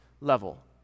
level